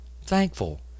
thankful